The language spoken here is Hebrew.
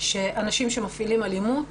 שאנשים שמפעילים אלימות,